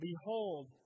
Behold